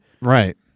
Right